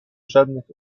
żadnych